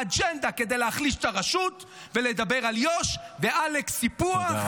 אג'נדה כדי להחליש את הרשות ולדבר על יו"ש ועלק סיפוח.